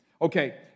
Okay